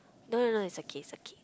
no no no it's okay it's okay